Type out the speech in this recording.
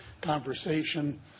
conversation